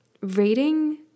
reading